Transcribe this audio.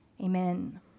Amen